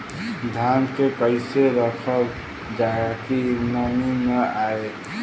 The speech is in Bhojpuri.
धान के कइसे रखल जाकि नमी न आए?